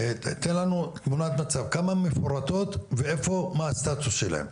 תן לנו תמונות מצב כמה מפורטות ומה הסטטוס שלהן,